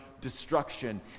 destruction